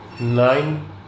nine